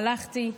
הלכתי,